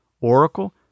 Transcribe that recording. Oracle